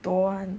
don't want